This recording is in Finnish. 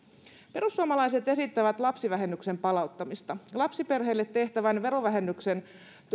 perussuomalaiset esittävät lapsivähennyksen palauttamista lapsiperheille tehtävän verovähennyksen